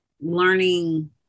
learning